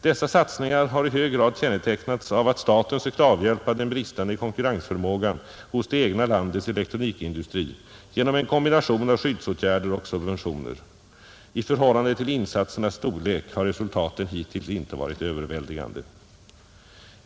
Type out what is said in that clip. Dessa satsningar har i hög grad kännetecknats av att staten sökt avhjälpa den bristande konkurrensförmågan hos det egna landets elektronikindustri genom en kombination av skyddsåtgärder och subventioner. I förhållande till insatsernas storlek har resultaten hittills inte varit överväldigande.